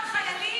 אדוני.